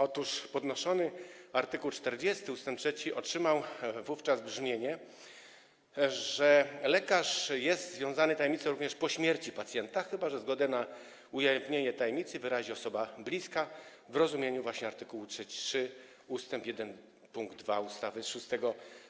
Otóż podnoszony art. 40 ust. 3 otrzymał wówczas brzmienie, że lekarz jest związany tajemnicą lekarską również po śmierci pacjenta, chyba że zgodę na ujawnienie tajemnicy wyrazi osoba bliska w rozumieniu właśnie art. 33 ust. 1 pkt 2 ustawy z 6